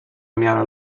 miarę